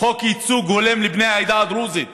חוק ייצוג הולם לבני העדה הדרוזית